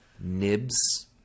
nibs